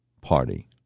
Party